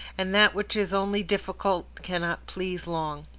and that which is only difficult cannot please long.